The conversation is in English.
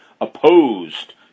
opposed